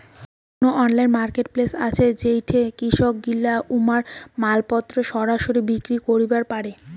কুনো online marketplace আছে যেইঠে কৃষকগিলা উমার মালপত্তর সরাসরি বিক্রি করিবার পারে?